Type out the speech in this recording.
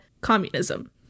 communism